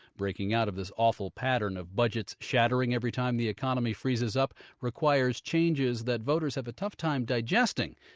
breaking out of this awful pattern of budgets shattering every time the economy freezes up requires changes that voters have a tough time digesting,